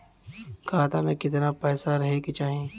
खाता में कितना पैसा रहे के चाही?